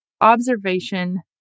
observation